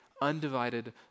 undivided